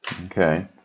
okay